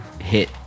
hit